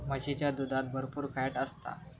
म्हशीच्या दुधात भरपुर फॅट असता